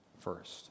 first